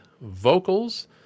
vocals